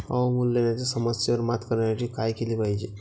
अवमूल्यनाच्या समस्येवर मात करण्यासाठी काय केले पाहिजे?